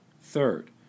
Third